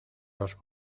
los